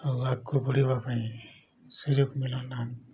ଆଉ ଆଗକୁ ବଢ଼ିବା ପାଇଁ ସୁଯୋଗ ମିଳୁନାହିଁ